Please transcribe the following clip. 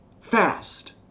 Fast